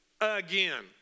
again